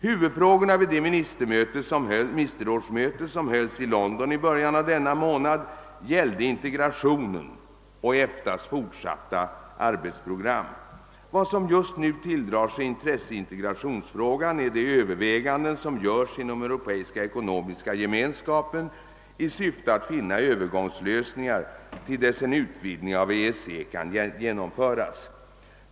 Huvudfrågorna vid det ministerrådsmöte som hölls i London i början av denna månad gällde integrationen och EFTA:s fortsatta arbetsprogram. Vad som just nu tilldrar sig intresse i integrationsfrågan är de överväganden som görs inom Europeiska ekonomiska gemenskapen i syfte att finna övergångslösningar till dess en utvidgning av EEC kan genomföras.